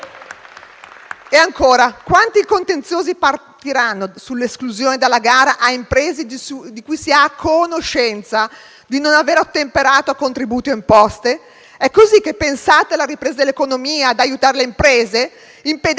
Ancora: quanti contenziosi partiranno sull'esclusione dalla gara di imprese di cui si ha conoscenza di non aver ottemperato a contributi o imposte? È così che pensate la ripresa dell'economia e di aiutare le imprese? Impedendo loro di avere un appalto